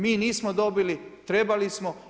Mi nismo dobili, trebali smo.